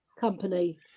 Company